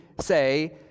say